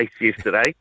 yesterday